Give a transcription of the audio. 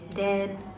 then